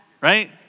right